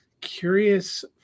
curious